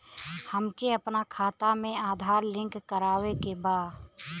हमके अपना खाता में आधार लिंक करावे के बा?